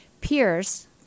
peers